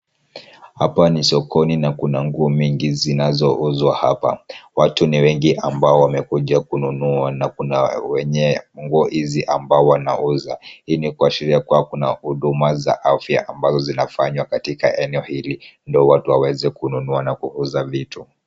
Hapa ni sokoni na kuna nguo mingi zinazouzwa hapa. Watu ni wengi ambao wamekuja kununua na kuna wenye nguo hizi ambao wanauza. Hii ni kuashiria kuwa kuna huduma za afya ambazo zinafanywa katika eneo hili ndio watu waweze kununua na kuuza vitu.